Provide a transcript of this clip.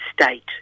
state